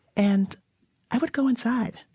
and i would go inside.